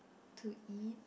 to eat